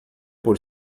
por